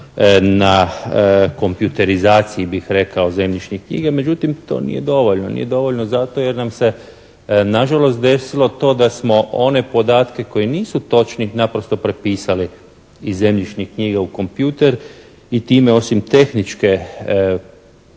na kompjuterizaciji, bih rekao, zemljišnih knjiga. Međutim, to nije dovoljno. Nije dovoljno zato jer nam se nažalost desilo to da smo one podatke koji nisu točni naprosto prepisali iz zemljišnih knjiga u kompjutor i time osim tehničke,